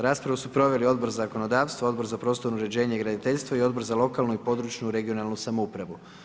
Raspravu su proveli Odbor za zakonodavstvo, Odbor za prostorno uređenje i graditeljstvo i Odbor za lokalnu, područnu i regionalnu samoupravu.